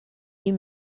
year